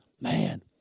Man